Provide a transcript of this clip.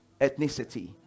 Ethnicity